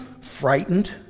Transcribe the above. frightened